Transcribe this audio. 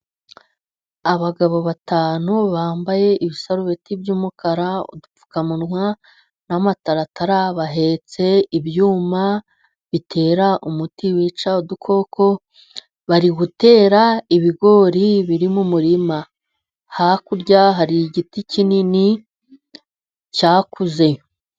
Abagabo batanu bambaye ibisarubeti by’umukara, udupfukamunwa n’amataratara, bahetse ibyuma bitera umuti wica udukoko. Bari gutera ibigori biri mu murima; hakurya hari igiti kinini cyakuze.